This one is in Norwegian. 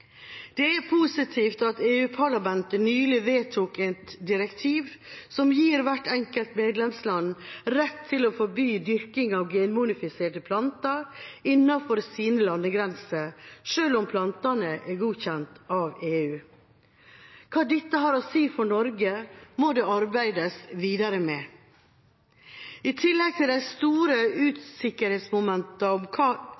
Det er positivt at EU-parlamentet nylig vedtok et direktiv som gir hvert enkelt medlemsland rett til å forby dyrking av genmodifiserte planter innenfor sine landegrenser, selv om plantene er godkjent av EU. Hva dette har å si for Norge, må det arbeides videre med. I tillegg til de store usikkerhetsmomentene om